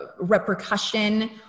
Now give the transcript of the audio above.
repercussion